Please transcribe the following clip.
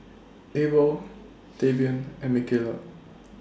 Abel Tavian and Micayla